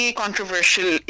controversial